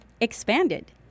expanded